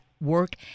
Work